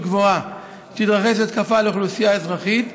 גבוהה שתתרחש התקפה על אוכלוסייה אזרחית,